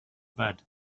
bed